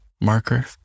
marker